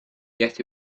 yet